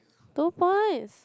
two points